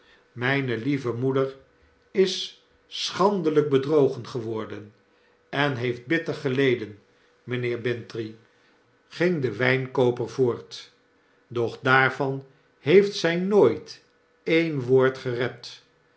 myne lieve moeder is schandelyk bedrogen geworden en heeft bitter geleden mynheer bintrey ging de wtjnkooper voort doch daarvan heeft zy nooit een woord gerept